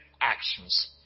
actions